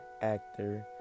actor